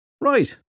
Right